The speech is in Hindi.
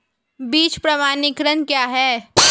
बीज प्रमाणीकरण क्या है?